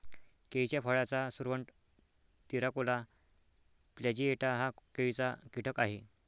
केळीच्या फळाचा सुरवंट, तिराकोला प्लॅजिएटा हा केळीचा कीटक आहे